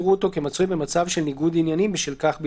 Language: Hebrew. ולא יראו אותו כמצוי במצב של ניגוד עניינים בשל כך בלבד.".